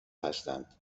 هستند